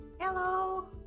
Hello